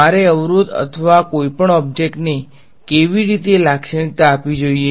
મારે અવરોધ અથવા કોઈપણ ઓબ્જેક્ટ ને કેવી રીતે લાક્ષણિકતા આપવી જોઈએ